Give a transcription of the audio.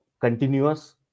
continuous